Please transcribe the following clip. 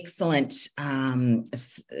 excellent